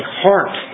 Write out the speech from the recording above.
heart